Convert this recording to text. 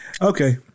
Okay